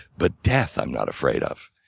but death i'm not afraid of.